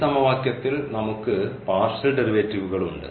ഈ സമവാക്യത്തിൽ നമുക്ക് പാർഷ്യൽ ഡെറിവേറ്റീവുകൾ ഉണ്ട്